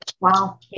Wow